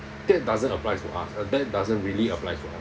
that doesn't apply to us that doesn't really apply to us